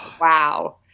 wow